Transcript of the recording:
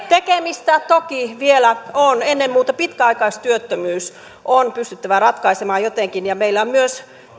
tekemistä toki vielä on ennen muuta pitkäaikaistyöttömyys on pystyttävä ratkaisemaan jotenkin ja meillä on myös